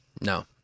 No